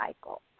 cycle